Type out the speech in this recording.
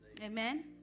Amen